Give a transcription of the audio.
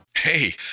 Hey